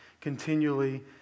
continually